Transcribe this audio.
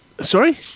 Sorry